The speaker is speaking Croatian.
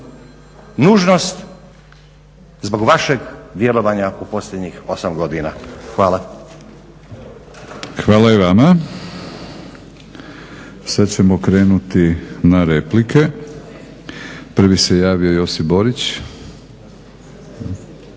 Nužnost zbog vašeg djelovanja u posljednjih 8 godina. Hvala. **Batinić, Milorad (HNS)** Sada ćemo krenuti na replike. Prvi se javio Josip Borić.